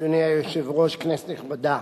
אדוני היושב-ראש, כנסת נכבדה,